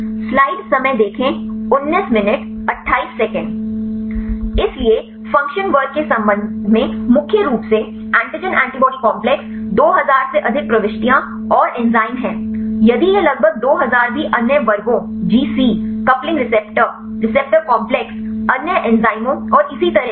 इसलिए फ़ंक्शन वर्ग के संबंध में मुख्य रूप से एंटीजन एंटीबॉडी कॉम्प्लेक्स 2000 से अधिक प्रविष्टियां और एंजाइम हैं यदि यह लगभग 2000 भी अन्य वर्गों GC coupling receptor receptor complex अन्य एंजाइमों और इसी तरह से हैं